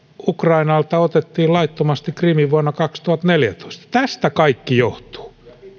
ukrainalta otettiin laittomasti krim vuonna kaksituhattaneljätoista tästä kaikki johtuu